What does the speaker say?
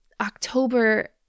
October